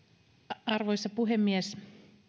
arvoisa puhemies